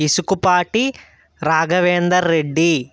Isukupati Raghavender Reddy